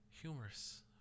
Humorous